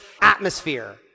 atmosphere